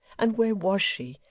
and where was she?